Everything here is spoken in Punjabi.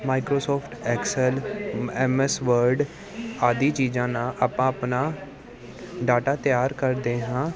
ਮਾਈਕਰੋਸੋਫਟ ਐਕਸੈਲ ਐਮ ਐਸ ਵਰਡ ਆਦਿ ਚੀਜ਼ਾਂ ਨਾਲ ਆਪਾਂ ਆਪਣਾ ਡਾਟਾ ਤਿਆਰ ਕਰਦੇ ਹਾਂ